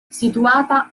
situata